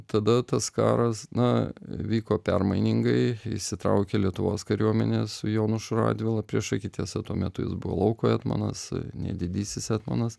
tada tas karas na vyko permainingai įsitraukė lietuvos kariuomenės su jonušu radvila priešaky tiesa tuo metu jis buvo lauko etmonas ne didysis etmonas